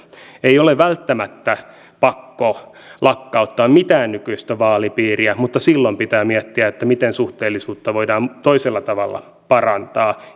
ei ole välttämättä pakko lakkauttaa mitään nykyistä vaalipiiriä mutta silloin pitää miettiä miten suhteellisuutta voidaan toisella tavalla parantaa